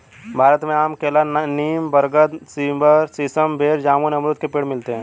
भारत में आम केला नीम बरगद सीसम बेर जामुन अमरुद के पेड़ मिलते है